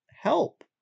help